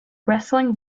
wrestling